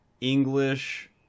English